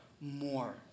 more